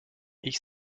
ich